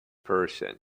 person